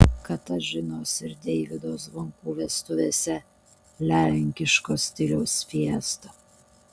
katažinos ir deivydo zvonkų vestuvėse lenkiško stiliaus fiesta